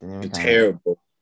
Terrible